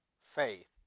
faith